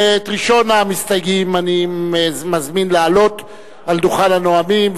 ואת ראשון המסתייגים אני מזמין לעלות על דוכן הנואמים,